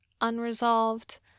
unresolved